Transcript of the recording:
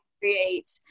create